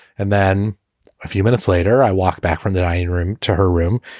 and then a few minutes later, i walk back from the dining room to her room.